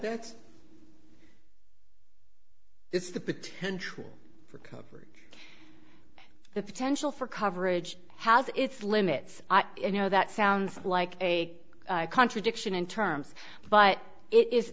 that's it's the potential for covering the potential for coverage has its limits you know that sounds like a contradiction in terms but it is